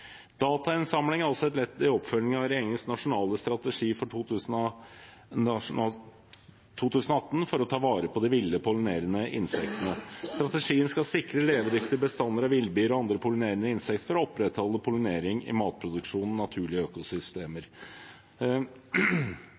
Datainnsamling er også et ledd i oppfølgingen av regjeringens nasjonale strategi for 2018 for å ta vare på de ville pollinerende insektene. Strategien skal sikre levedyktige bestander av villbier og andre pollinerende insekter for å opprettholde pollinering i matproduksjon og naturlige økosystemer.